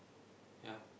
yeah